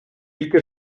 тільки